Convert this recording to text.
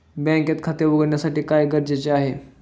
बँकेत खाते उघडण्यासाठी काय गरजेचे आहे?